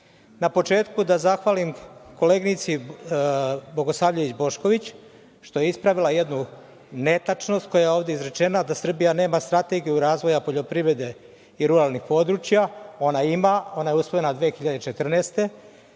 početku da zahvalim koleginici Bogosavljević Bošković, što je ispravila jednu netačnost koja je ovde izrečena, a to je da Srbija nema Strategiju razvoja poljoprivrede i ruralnih područja. Ona ima. Ona je usvojena 2014.